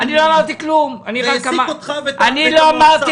זה העסיק אותך ואת המועצה.